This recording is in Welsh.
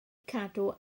cadw